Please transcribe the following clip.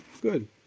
Good